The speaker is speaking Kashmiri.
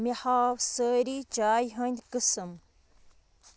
مےٚ ہاو سٲری چایہِ ہٕنٛدۍ قٕسٕم